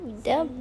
ida